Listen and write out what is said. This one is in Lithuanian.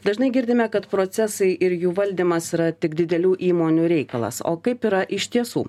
dažnai girdime kad procesai ir jų valdymas yra tik didelių įmonių reikalas o kaip yra iš tiesų